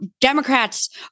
Democrats